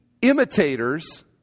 imitators